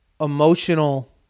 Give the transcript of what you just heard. emotional